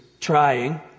trying